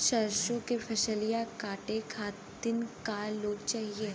सरसो के फसलिया कांटे खातिन क लोग चाहिए?